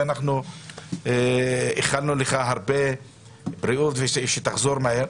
ואנחנו איחלנו לך הרבה בריאות ושתחזור מהר.